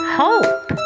hope